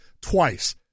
Twice